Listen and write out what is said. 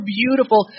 beautiful